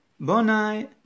Bonai